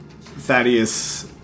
Thaddeus